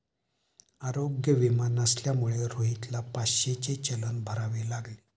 आरोग्य विमा नसल्यामुळे रोहितला पाचशेचे चलन भरावे लागले